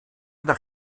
nach